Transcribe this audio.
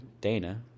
Dana